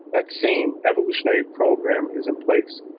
that same evolutionary program is in place.